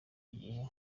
igihe